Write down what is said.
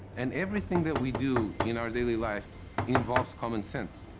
and everything that we do in our daily life involves common sense.